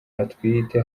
atwite